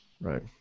Right